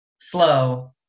Slow